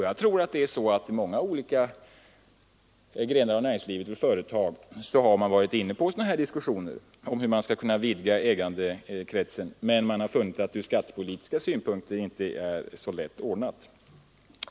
Jag tror att man vid många företag och i många olika grenar av näringslivet har varit inne på diskussioner av detta slag, alltså hur man skulle kunna vidga ägandekretsen, men man har funnit att detta från skattepolitiska synpunkter ingalunda är så lätt ordnat.